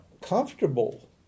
comfortable